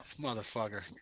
Motherfucker